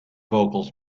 vocals